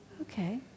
Okay